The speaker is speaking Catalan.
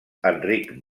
enric